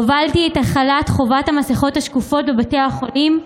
הובלתי את החלת חובת המסכות השקופות בבתי החולים,